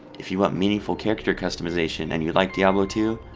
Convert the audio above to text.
if you want meaningful character customization and you liked diablo two,